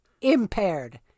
Impaired